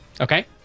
Okay